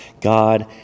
God